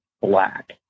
black